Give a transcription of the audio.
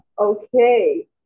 okay